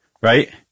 Right